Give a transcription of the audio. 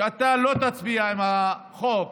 שאתה לא תצביע עם חוק